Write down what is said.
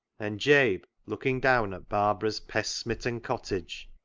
and jabe, looking down at barbara's pest smitten cottage,